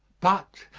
but,